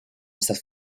estas